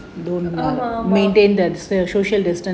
ஆமா ஆமா:aamaa aamaa